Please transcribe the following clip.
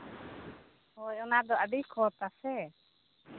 ᱦᱳᱭ ᱚᱱᱟᱫᱚ ᱟᱹᱰᱤ ᱠᱷᱚᱛ ᱟᱥᱮ